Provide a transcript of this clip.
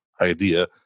idea